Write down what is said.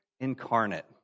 Incarnate